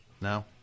No